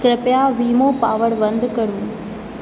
कृपया वीमो पावर बन्द करू